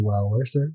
hours